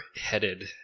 headed